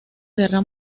guerra